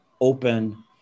open